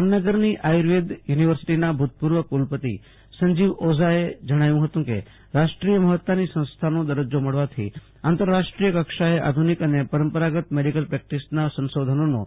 જામનગરની આયુર્વેદ યુનિવર્સીટી ના ભૂતપૂર્વ કુલપતિ શ્રી સંજીવ ઓઝાએ આકાશવાણીને જણાવ્યુ કે રાષ્ટ્રીર્ય મહતાની સંસ્થાનો દરજજો મળવાથી આતંરરાષ્ટ્રીપાય કક્ષાએ આધુનિક અને પરંપરાગત મેડીકલ પ્રેકટીસના સંશોધનોનો